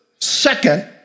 Second